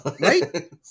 right